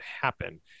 happen